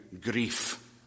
grief